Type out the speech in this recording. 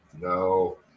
No